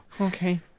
Okay